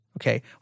okay